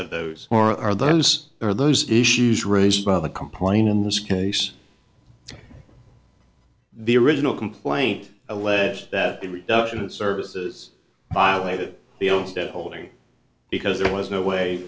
of those or are those are those issues raised by the complaint in this case the original complaint alleges that the reduction services violated the olmsted holding because there was no way